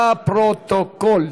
לפרוטוקול.